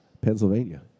Pennsylvania